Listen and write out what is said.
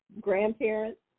grandparents